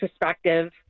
perspective